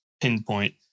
pinpoint